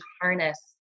harness